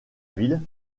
ville